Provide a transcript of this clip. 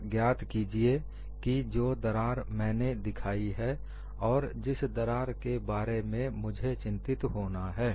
और ज्ञात कीजिए कि जो दरार मैंने दिखाई है और जिस दरार के बारे में मुझे चिंतित होना है